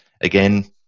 again